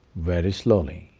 very slowly,